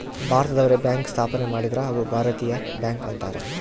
ಭಾರತದವ್ರೆ bank ಸ್ಥಾಪನೆ ಮಾಡಿದ್ರ ಅವು ಭಾರತೀಯ ಬ್ಯಾಂಕ್ ಅಂತಾರ